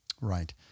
right